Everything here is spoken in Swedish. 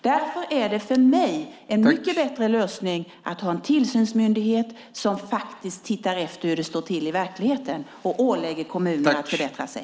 Därför anser jag att det är en mycket bättre lösning att ha en tillsynsmyndighet som faktiskt tittar på hur det står till i verkligheten och ålägger kommunerna att bättra sig.